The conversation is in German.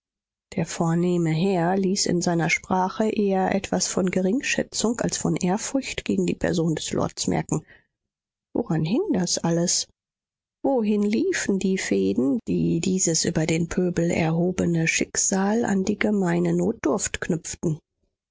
der vornehme herr ließ in seiner sprache eher etwas von geringschätzung als von ehrfurcht gegen die person des lords merken woran hing das alles wohin liefen die fäden die dieses über den pöbel erhobene schicksal an die gemeine notdurft knüpften